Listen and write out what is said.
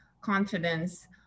confidence